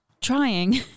trying